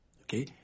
okay